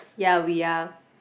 ya we are